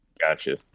Gotcha